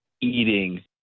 eating